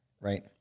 right